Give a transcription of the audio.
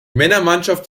männermannschaft